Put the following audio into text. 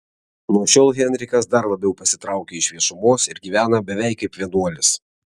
nuo šiol henrikas dar labiau pasitraukia iš viešumos ir gyvena beveik kaip vienuolis